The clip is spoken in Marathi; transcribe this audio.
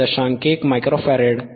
1 मायक्रो फॅरॅड 0